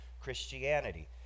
Christianity